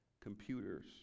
computers